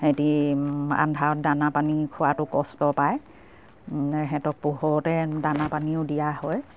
সেহেঁতি আন্ধাৰত দানা পানী খোৱাটো কষ্ট পায় সিহঁতক পোহৰতে দানা পানীও দিয়া হয়